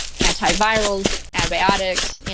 antivirals, antibiotics,